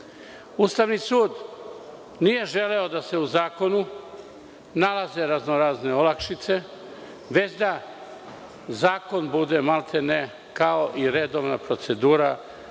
Ustavni sud nije želeo da se u zakonu nalaze raznorazne olakšice, već da zakon bude maltene kao i redovna procedura